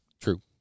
True